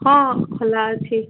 ହଁ ଖୋଲା ଅଛି